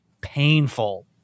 painful